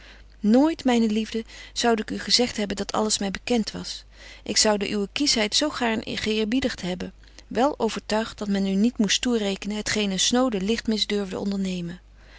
nooit myne liefde zoude ik u gezegt hebben dat alles my bekent was ik zoude uwe kieschheid zo gaarn geëerbiedigt hebben wel overtuigt dat men u niet moest toerekenen het geen een snode ligtmis durfde ondernemen